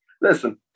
listen